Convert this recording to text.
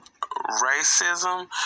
racism